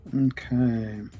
okay